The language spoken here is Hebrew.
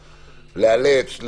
לאלץ,